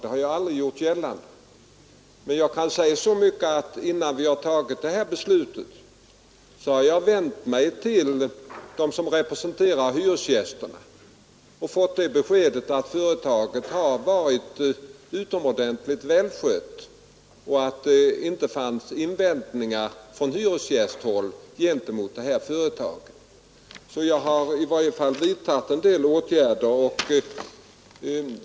Det har jag aldrig gjort gällande, men innan vi fattat beslut om detta lån har jag vänt mig till dem som representerar hyresgästerna och fått besked att företaget har varit utomordentligt välskött och att det inte fanns invändningar från hyresgästhåll gentemot företaget. Jag har således vidtagit i varje fall en del åtgärder.